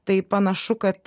tai panašu kad